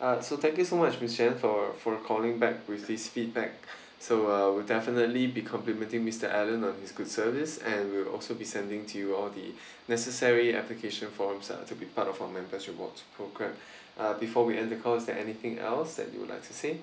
uh so thank you so much miss jan for for calling back with this feedback so uh we'll definitely be complimenting mister alan on his good service and we'll also be sending to you all the necessary application forms uh to be part of our members rewards program (uh)before we end the call is there anything else that you would like to say